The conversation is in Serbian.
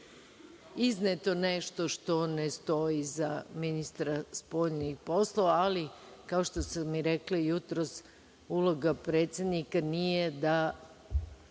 izneto nešto što ne stoji za ministra spoljnih poslova, ali kao što sam rekla i jutros, uloga predsednika nije da